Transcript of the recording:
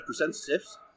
representatives